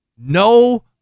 No